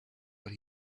what